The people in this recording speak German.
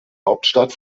hauptstadt